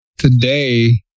Today